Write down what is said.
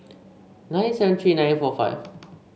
nine seven three nine four five